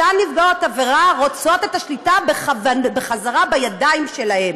אותן נפגעות עבירה רוצות את השליטה בחזרה בידיים שלהן,